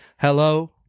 hello